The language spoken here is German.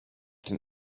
den